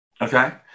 Okay